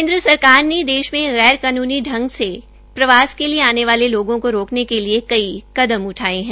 केन्द्र सरकार ने देश में गैर कानूनी ांग से प्रवास के लिये आने वाले लोगों के लिये कई कदम उठाये है